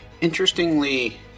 interestingly